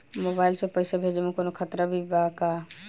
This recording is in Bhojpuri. मोबाइल से पैसा भेजे मे कौनों खतरा भी बा का?